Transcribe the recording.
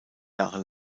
jahre